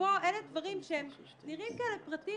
ופה אלה דברים שהם נראים כאלה פרטים,